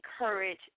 encourage